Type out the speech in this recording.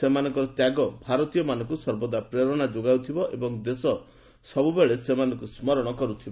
ସେମାନଙ୍କ ତ୍ୟାଗ ଭାରତୀୟମାନଙ୍କୁ ପ୍ରେରଣା ଯୋଗାଉଥିବ ଏବଂ ଦେଶ ସଦାସର୍ବଦା ସେମାନଙ୍କୁ ସ୍ମରଣ କରୁଥିବ